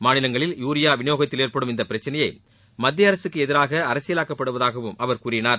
மாநிலங்களில் யூரியா விநியோகத்தில் ஏற்படும் இந்த பிரச்சனையை மத்திய அரகக்கு எதிராக அரசியலாக்கப்படுவதாகவும் அவர் கூறினார்